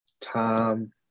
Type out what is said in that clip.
time